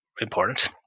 important